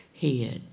head